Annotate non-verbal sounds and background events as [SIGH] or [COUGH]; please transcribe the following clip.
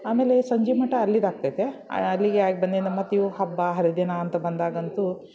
ಆಮೇಲೆ ಸಂಜೆ ಮಟ ಅಲ್ಲಿದಾಗ್ತೈತೆ ಅಲ್ಲಿಗೆ ಆಗ [UNINTELLIGIBLE] ಮತ್ತಿವು ಹಬ್ಬ ಹರಿದಿನ ಅಂತ ಬಂದಾಗಂತೂ